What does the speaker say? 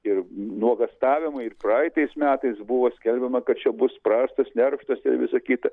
ir nuogąstavimai ir praeitais metais buvo skelbiama kad čia bus prastas nerštas ir visa kita